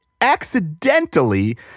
accidentally